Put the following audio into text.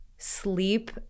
sleep